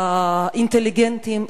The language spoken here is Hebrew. אינטליגנטים,